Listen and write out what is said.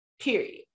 period